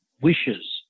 wishes